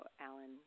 Alan